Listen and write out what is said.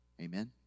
Amen